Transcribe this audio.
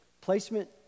Placement